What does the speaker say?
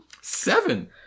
Seven